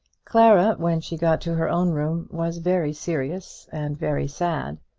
clara, when she got to her own room, was very serious and very sad.